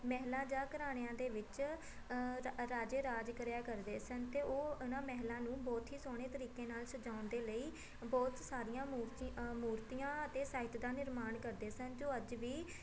ਮਹਿਲਾਂ ਜਾਂ ਘਰਾਣਿਆਂ ਦੇ ਵਿੱਚ ਰ ਰਾਜੇ ਰਾਜ ਕਰਿਆ ਕਰਦੇ ਸਨ ਅਤੇ ਉਹ ਉਹਨਾਂ ਮਹਿਲਾਂ ਨੂੰ ਬਹੁਤ ਹੀ ਸੋਹਣੇ ਤਰੀਕੇ ਨਾਲ ਸਜਾਉਣ ਦੇ ਲਈ ਬਹੁਤ ਸਾਰੀਆਂ ਮੂਰਤੀ ਮੂਰਤੀਆਂ ਅਤੇ ਸਾਹਿਤ ਦਾ ਨਿਰਮਾਣ ਕਰਦੇ ਸਨ ਜੋ ਅੱਜ ਵੀ